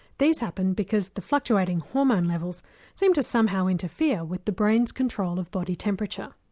these happen because the fluctuating hormone levels seems to somehow interfere with the brain's control of body temperature.